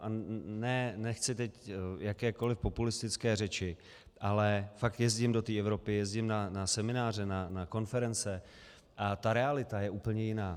A nechci teď jakékoliv populistické řeči, ale fakt jezdím do té Evropy, jezdím na semináře, na konference, a ta realita je úplně jiná.